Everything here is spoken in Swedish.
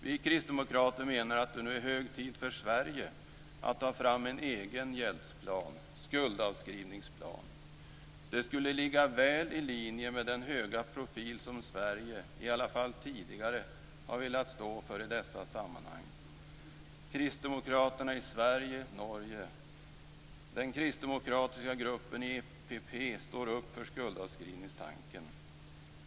Vi kristdemokrater menar att det nu är hög tid för Sverige att ta fram en egen "gjeldsplan", skuldavskrivningsplan. Det skulle ligga väl i linje med den höga profil som Sverige, i alla fall tidigare, har velat stå för i dessa sammanhang. Kristdemokraterna i Sverige och Norge och den kristdemokratiska gruppen i EPP står upp för skuldavskrivningstanken.